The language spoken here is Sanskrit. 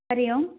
हरि ओम्